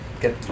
get